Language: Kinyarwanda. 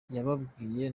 yababwiye